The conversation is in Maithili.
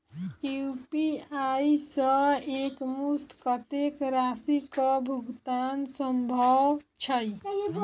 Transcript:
यु.पी.आई सऽ एक मुस्त कत्तेक राशि कऽ भुगतान सम्भव छई?